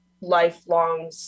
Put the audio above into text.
lifelong